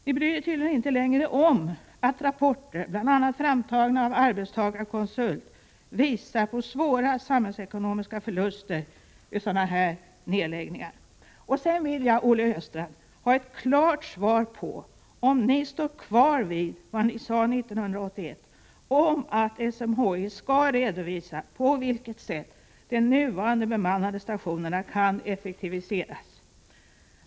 Ni bryr er tydligen inte längre om att rapporter, som bl.a. är framtagna av Arbetstagarkonsult, visar på svåra samhällsekonomiska förluster vid nedläggningar. Olle Östrand, jag vill ha ett klart svar på frågan om ni står fast vid vad ni sade 1981, nämligen att SMHI skall redovisa på vilket sätt de nuvarande bemannade stationerna kan effektiviseras.